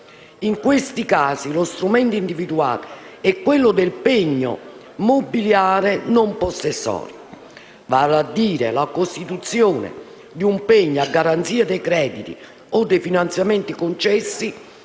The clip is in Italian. In questi casi lo strumento individuato è quello del pegno mobiliare non possessorio, vale a dire la costituzione di un pegno, a garanzia dei crediti o dei finanziamenti concessi,